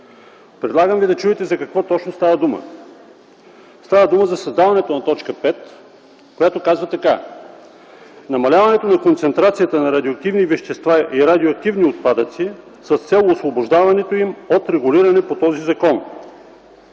Предлагам ви да чуете за какво точно става дума. Става дума за създаването на т. 5, която казва така: „5. намаляването на концентрацията на радиоактивни вещества и радиоактивни отпадъци с цел освобождаването им от регулиране по този закон.”